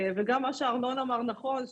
וגם מה שארנון אמר נכון,